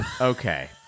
Okay